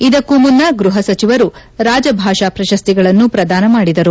ಇದಕ್ಕೂ ಮುನ್ನ ಗೃಪ ಸಚಿವರು ರಾಜಭಾಷಾ ಪ್ರಶಸ್ತಿಗಳನ್ನು ಪ್ರದಾನ ಮಾಡಿದರು